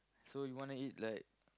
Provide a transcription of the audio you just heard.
so you wanna eat like